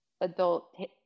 adult